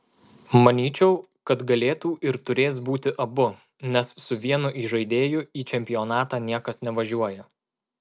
manyčiau kad galėtų ir turės būti abu nes su vienu įžaidėju į čempionatą niekas nevažiuoja